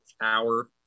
hour